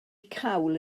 cawl